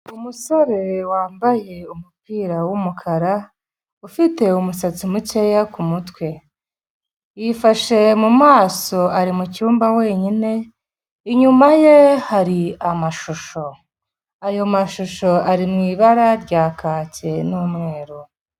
Umusore wambaye umupira w'umukara, ufite umusatsi mukeya ku mutwe, yifashe mu maso ari mu cyumba wenyine, inyuma ye hari amashusho, ayo mashusho ari mu ibara rya kake n'umweru.